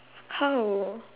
how